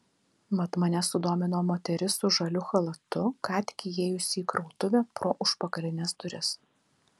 mat mane sudomino moteris su žaliu chalatu ką tik įėjusi į krautuvę pro užpakalines duris